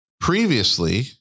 Previously